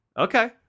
okay